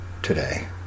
today